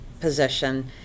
position